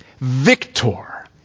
victor